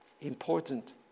important